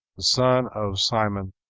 son of simon,